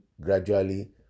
gradually